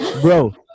bro